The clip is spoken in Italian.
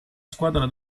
squadra